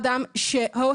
הכול יש לנו.